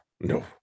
no